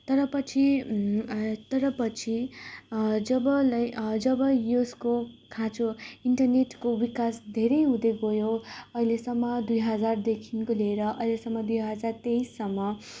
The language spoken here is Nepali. तर पछि तर पछि जब लय जब यसको खाँचो इन्टरनेटको विकास धेरै हुँदै गयो अहिलेसम्म दुई हजारदेखिको लिएर अहिलेसम्म दुई हजार तेइससम्म